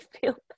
feel